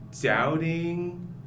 doubting